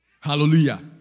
Hallelujah